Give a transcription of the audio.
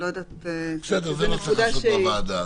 את זה לא צריך לעשות בוועדה,